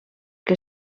que